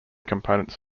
components